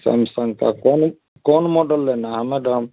Samsung का कौन कौन मॉडेल लेना है मैडम